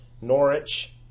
Norwich